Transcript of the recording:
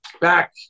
Back